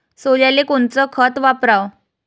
सोल्याले कोनचं खत वापराव?